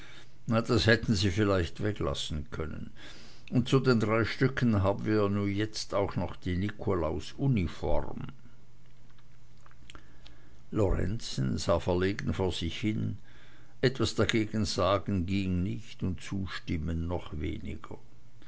das hätten sie vielleicht weglassen können und zu den drei stücken haben wir nu jetzt auch noch die nikolaus uniform lorenzen sah verlegen vor sich hin etwas dagegen sagen ging nicht und zustimmen noch weniger